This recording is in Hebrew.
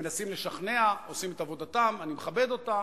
מנסים לשכנע, עושים את עבודתם, ואני מכבד אותה.